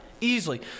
Easily